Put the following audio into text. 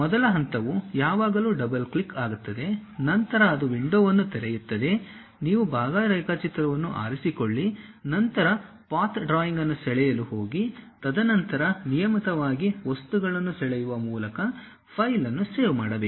ಮೊದಲ ಹಂತವು ಯಾವಾಗಲೂ ಡಬಲ್ ಕ್ಲಿಕ್ ಆಗುತ್ತದೆ ನಂತರ ಅದು ವಿಂಡೋವನ್ನು ತೆರೆಯುತ್ತದೆ ನೀವು ಭಾಗ ರೇಖಾಚಿತ್ರವನ್ನು ಆರಿಸಿಕೊಳ್ಳಿ ನಂತರ ಪಾಥ್ ಡ್ರಾಯಿಂಗ್ ಅನ್ನು ಸೆಳೆಯಲು ಹೋಗಿ ತದನಂತರ ನಿಯಮಿತವಾಗಿ ವಸ್ತುಗಳನ್ನು ಸೆಳೆಯುವ ಮೂಲಕ ಫೈಲ್ ಅನ್ನು ಸೇವ್ ಮಾಡಬೇಕು